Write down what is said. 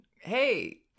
hey